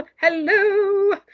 hello